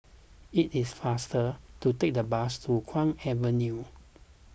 it is faster to take the bus to Kwong Avenue